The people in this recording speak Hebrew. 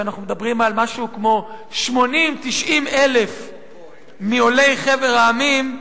אנחנו מדברים על משהו כמו 80,000 90,000 מעולי חבר המדינות,